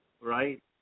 right